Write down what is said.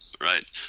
right